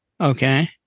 Okay